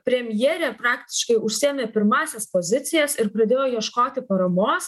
premjerė praktiškai užsiėmė pirmąsias pozicijas ir pradėjo ieškoti paramos